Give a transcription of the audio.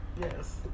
yes